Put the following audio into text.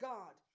God